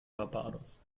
barbados